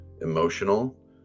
emotional